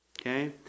Okay